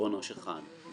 עו"ש אחד.